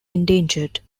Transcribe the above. endangered